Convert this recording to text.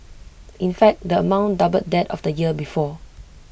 in fact the amount doubled that of the year before